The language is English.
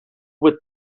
with